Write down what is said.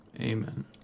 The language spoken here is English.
Amen